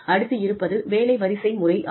அடுத்து இருப்பது வேலை வரிசை முறை ஆகும்